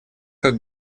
как